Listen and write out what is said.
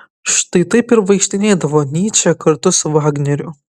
štai taip ir vaikštinėdavo nyčė kartu su vagneriu